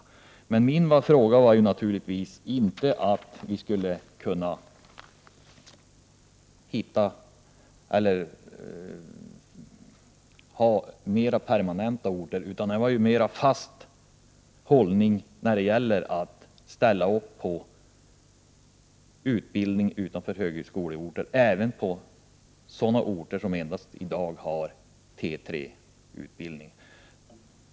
Syftet med min fråga är naturligtvis inte att hitta mer permanenta orter utan att åstadkomma en mer fast hållning när det gäller att ställa upp på utbildning utanför högskoleorter, även på sådana orter som i dag endast har T3-utbildning.